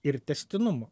ir tęstinumo